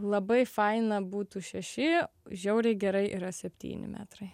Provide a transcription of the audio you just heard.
labai faina būtų šeši žiauriai gerai yra septyni metrai